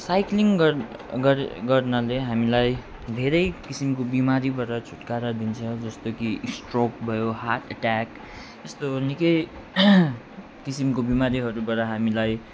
cycling गर् गर् गर्नाले हामीलाई धेरै किसिमको बिमारीबाट छुटकारा दिन्छ जस्तो कि स्ट्रोक भयो हार्ट एटेक यस्तो निकै किसिमको बिमारीहरूबाट हामीलाई